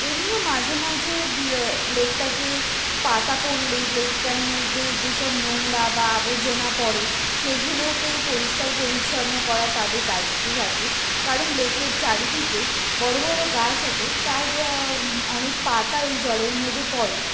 এমনিও মাঝে মাঝে ব্লা লেকটাকে পাতা পরলে লেকটার মধ্যে যেসব নোংরা বা আবর্জনা পড়ে সেগুলোকে পরিষ্কার পরিচ্ছন্ন করা তাদের দায়িত্ব থাকে কারণ লেকের চারিদিকে বড় বড় গাছ আছে তার অনেক পাতা এই জলের মোধে পড়ে